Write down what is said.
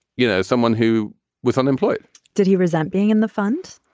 you know, someone who was unemployed did he resent being in the fund,